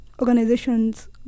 organizations